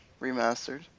remastered